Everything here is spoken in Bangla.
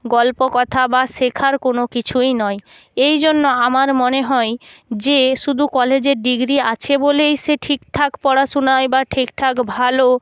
গল্প কথা বা শেখার কোনও কিছুই নয় এই জন্য আমার মনে হয় যে শুধু কলেজের ডিগ্রি আছে বলেই সে ঠিকঠাক পড়াশোনায় বা ঠিকঠাক ভালো